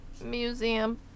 Museum